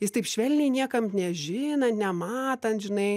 jis taip švelniai niekam nežinant nematant žinai